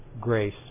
grace